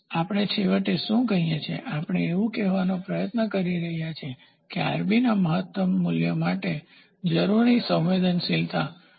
આપણે છેવટે શું કહીએ છીએ કે આપણે એવું કહેવાનો પ્રયાસ કરી રહ્યા છીએ કે ના મહત્તમ મૂલ્ય માટે જરૂરી સંવેદનશીલતા શું છે